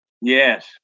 Yes